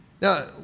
Now